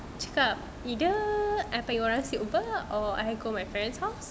dia cakap either I panggil orang stay over or I go my friend's house